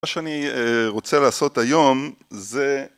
מה שאני רוצה לעשות היום זה...